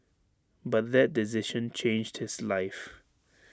but that decision changed his life